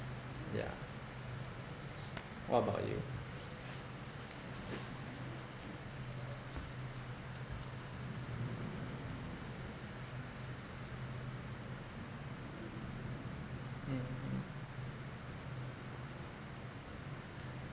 yeah what about you mmhmm